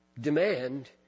demand